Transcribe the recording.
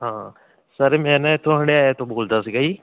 ਹਾਂ ਸਰ ਮੈਂ ਨਾ ਇੱਥੋਂ ਹੰਡਿਆਏ ਤੋਂ ਬੋਲਦਾ ਸੀਗਾ ਜੀ